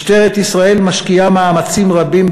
משטרת ישראל משקיעה מאמצים רבים,